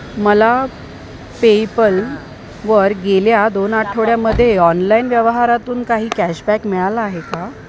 मला पेपल वर गेल्या दोन आठवड्यामध्ये ऑनलाईन व्यवहारातून काही कॅशबॅक मिळाला आहे का